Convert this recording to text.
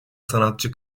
sanatçı